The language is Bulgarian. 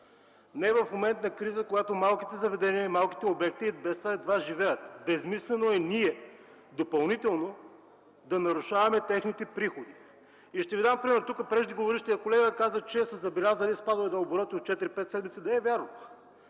не в момент на криза, когато малките заведения и обекти едва живеят. Безсмислено е ние допълнително да нарушаваме техните приходи. Ще Ви дам пример. Преждеговорившият колега каза, че са забелязани спадове на оборота от 4-5 седмици. Не е вярно!